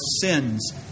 sins